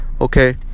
Okay